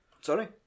Sorry